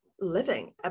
living